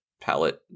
palette